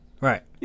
Right